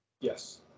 Yes